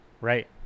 right